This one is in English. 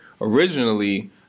originally